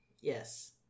Yes